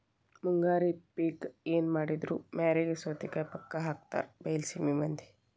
ಮುಂಗಾರಿ ಪಿಕ್ ಎನಮಾಡಿದ್ರು ಮ್ಯಾರಿಗೆ ಸೌತಿಕಾಯಿ ಪಕ್ಕಾ ಹಾಕತಾರ ಬೈಲಸೇಮಿ ಮಂದಿ